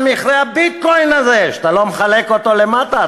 על מכרה ה"ביטקוין" הזה שאתה לא מחלק אותו למטה,